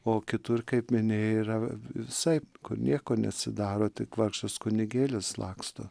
o kitur kaip minėjau yra visaip kur nieko nesidaro tik vargšas kunigėlis laksto